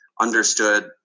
understood